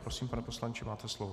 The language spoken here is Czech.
Prosím, pane poslanče, máte slovo.